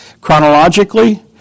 chronologically